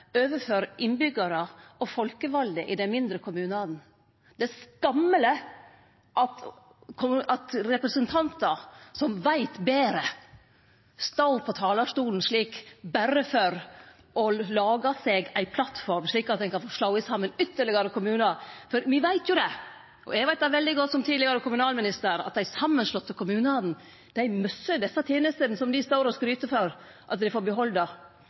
overfor innbyggjarar og folkevalde i dei mindre kommunane. Det er skammeleg at representantar som veit betre, står på talarstolen slik, berre for å lage seg ei plattform slik at ein kan få slått saman ytterlegare kommunar. Me veit – og eg veit det veldig godt som tidlegare kommunalminister – at dei samanslåtte kommunane mistar desse tenestene ein står og skryt over at dei får